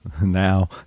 now